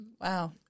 Wow